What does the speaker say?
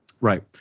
Right